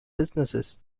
businesses